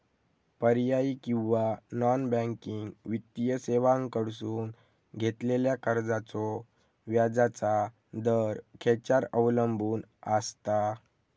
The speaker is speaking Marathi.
पर्यायी किंवा नॉन बँकिंग वित्तीय सेवांकडसून घेतलेल्या कर्जाचो व्याजाचा दर खेच्यार अवलंबून आसता?